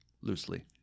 loosely